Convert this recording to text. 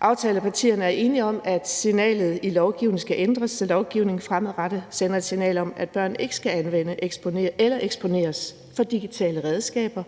Aftalepartierne er enige om, at signalet i lovgivningen skal ændres, så lovgivningen fremadrettet sender et signal om, at børn ikke skal anvende eller eksponeres for digitale redskaber